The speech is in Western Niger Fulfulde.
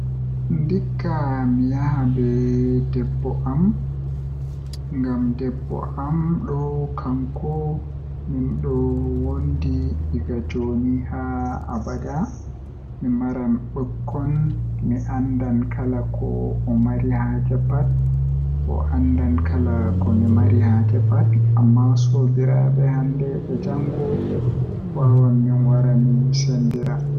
Ndikkinami mi yaha be debbo am ngam debbo am do kanko mindo wondi egaa jooni haa abada mi maran bikkon mi andan kala ko o mari haaje pat o andan kala komi mari haaje pat, amma soobiraabe hande e jango wawan min wara min sendira.